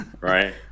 right